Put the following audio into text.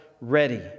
ready